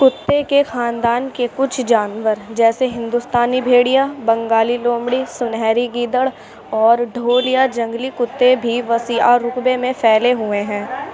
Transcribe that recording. کتے کے خاندان کے کچھ جانور جیسے ہندوستانی بھیڑیا بنگالی لومڑی سنہری گیدڑ اور ڈھول یا جنگلی کتے بھی وسیع آرقبے میں پھیلے ہوئے ہیں